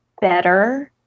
better